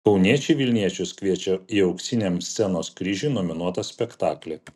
kauniečiai vilniečius kviečia į auksiniam scenos kryžiui nominuotą spektaklį